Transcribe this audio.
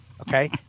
Okay